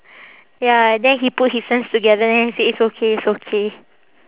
ya then he put his hands together then he say it's okay it's okay